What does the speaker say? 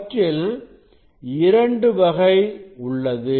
அவற்றில் இரண்டு வகை உள்ளது